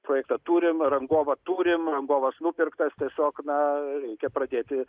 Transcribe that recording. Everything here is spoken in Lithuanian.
projektą turim rangovą turim rangovas nupirktas tiesiog na reikia pradėti